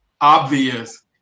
obvious